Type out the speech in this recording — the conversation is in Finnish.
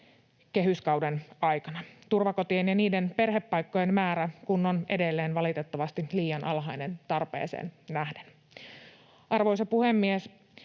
kehyskauden aikana, turvakotien ja niiden perhepaikkojen määrä kun on edelleen valitettavasti liian alhainen tarpeeseen nähden. Arvoisa puhemies!